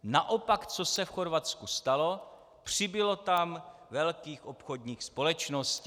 Naopak co se v Chorvatsku stalo přibylo tam velkých obchodních společností.